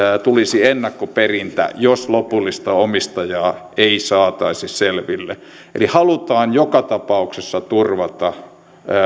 tulisi ennakkoperintä jos lopullista omistajaa ei saataisi selville eli halutaan joka tapauksessa turvata